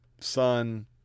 son